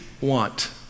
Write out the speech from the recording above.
want